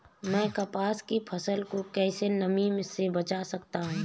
मैं कपास की फसल को कैसे नमी से बचा सकता हूँ?